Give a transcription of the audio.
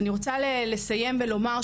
אני רוצה לסיים ולומר,